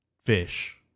fish